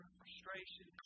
frustration